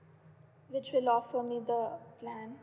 which will offer me the plan